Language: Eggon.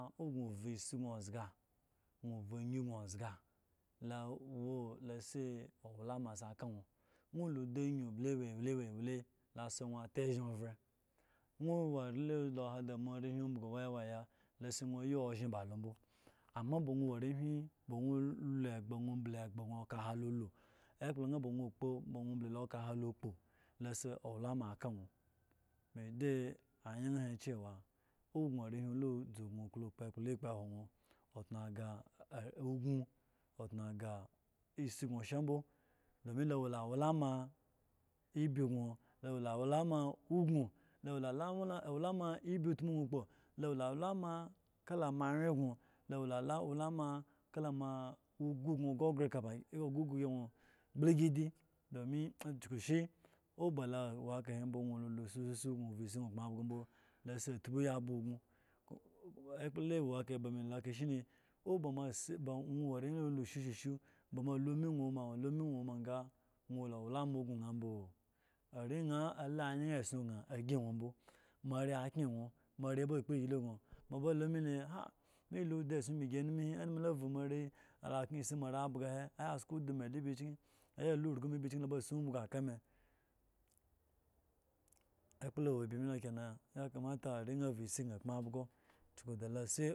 Nwo ovu ayu sno ozga lo si owalama si ka nwo nwo oo do ayu wo wuladi wli asi nwo ata ezhin ove nwo owo are la hada moa are umbiyu waya waya asi nwo aya osha ba lombo amma owo b nwo wo arehwi ba nwo olo egba ba nwo olubla egba ka hen la lo kpo la si owalama aka nwo me de ayin cewa owo nwo wo arehwi la gno klo ekpola la kpowo nwo otune aga ugmo tunoga esi gno sha mbo domin la wa la walama ebi gno la wo la walama igno la wo la walama ebi tmu gn kpo la awo la walama kala mo a wye gno la wo la owalama kala ugu gno gno gre gre kab sr gbl kidi kyuskushi owo ba lo owo ka he mbo la si atpiyi a ba iyno ekpo yawo me lo kahe shiri eno la lo shosha sho ba moa lo ome sno owoma ga rwo wo la owalama iyno samboo ari aya alo anyan esson san a si moa are akye nwo moa are eba kpo eyli sno moa aba lo me le me elo do esson me gi are he gn a kan esi moare abga he aba sko udo me ayn alo okro es moare abga he aba sko udo me aya alo okro kyen aya lo urgu aba lo okro kyen aba si umiyu kame expo ayi awo ebi lo kenan are na avu esi ga kambso